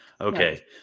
Okay